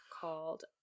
called